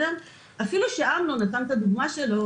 אפילו שאמנון נתן את הדוגמה שלו,